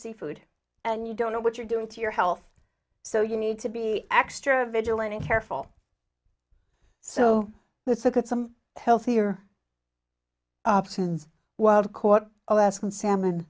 seafood and you don't know what you're doing to your health so you need to be extra vigilant careful so let's look at some healthier options wild caught alaskan salmon